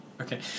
Okay